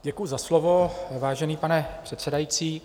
Děkuji za slovo, vážený pane předsedající.